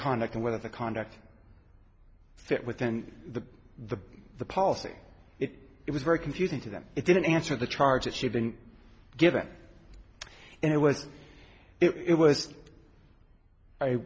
conduct and whether the conduct fit within the the the policy it was very confusing to them it didn't answer the charges she'd been given and it was it was